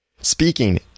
speaking